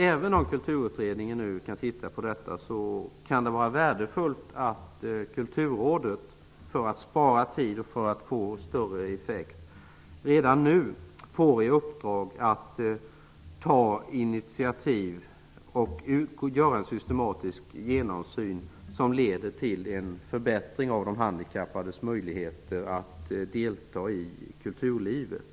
Även om Kulturutredningen nu skall titta på detta kan det vara värdefullt att Kulturrådet, för att spara tid och för att få större effekt, redan nu får i uppdrag att ta initiativ och göra en systematisk genomgång som leder till en förbättring av de handikappades möjligheter att delta i kulturlivet.